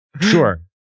Sure